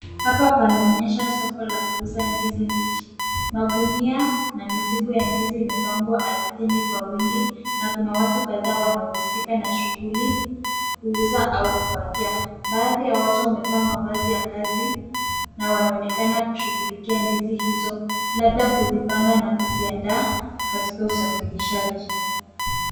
Hapa pana onyesha soko la kuuza ndizi mbichi. Magunia na mizigo ya ndizi imepangwa ardhini kwa wingi, na kuna watu kadhaa wanaohusika na shughuli kuuza au kupakia. Baadhi ya watu wamevaa mavazi ya kazi na wana onekana kushughulikia ndizi hizo. Labda kuzipanga na kuziandaa katika usafirishaji.